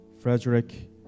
Frederick